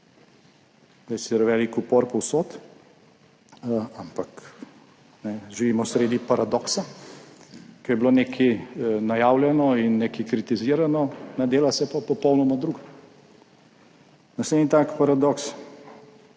Je sicer velik upor povsod, ampak živimo sredi paradoksa, ko je bilo nekaj najavljeno in nekaj kritizirano, dela se pa popolnoma drugače. Naslednji tak paradoks